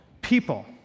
people